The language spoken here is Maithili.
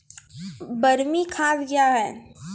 बरमी खाद कया हैं?